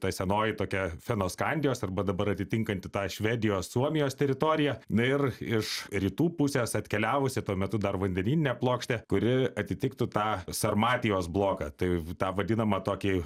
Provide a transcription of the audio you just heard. ta senoji tokia fenoskandijos arba dabar atitinkanti tą švedijos suomijos teritoriją na ir iš rytų pusės atkeliavusi tuo metu dar vandenyninė plokštė kuri atitiktų tą sarmatijos bloką tai tą vadinamą tokį